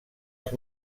els